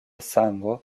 sango